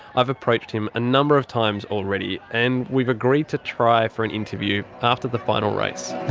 i've approached him a number of times already, and we've agreed to try for an interview after the final race.